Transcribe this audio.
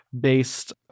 based